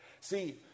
See